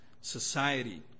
society